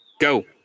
go